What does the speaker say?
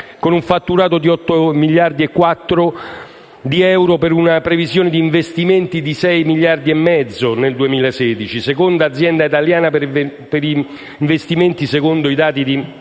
con un fatturato di 8,4 miliardi di euro e una previsione di investimenti di 6,5 miliardi di euro nel 2016 (seconda azienda italiana per investimenti secondo i dati